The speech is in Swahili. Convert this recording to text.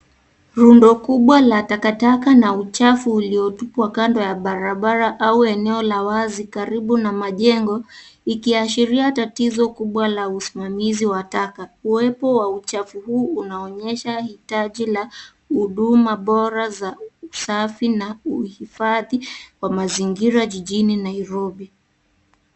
Rundo kubwa la takataka na uchafu uliotupwa kando ya barabara au eneo la wazi karibu na majengo ikiashiria tatizo kubwa la usimamizi wa taka. Uwepo wa uchafu huu unaonyesha hitaji la huduma bora za usafi na uhifadhi wa mazingira jijini Nairobi.